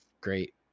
great